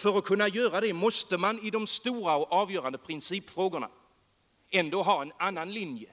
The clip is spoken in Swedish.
För att kunna göra det måste man i de stora och avgörande principfrågorna ändå ha en annan linje